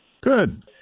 Good